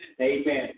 Amen